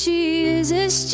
Jesus